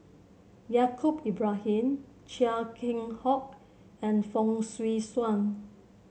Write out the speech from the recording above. Yaacob Lbrahim Chia Keng Hock and Fong Swee Suan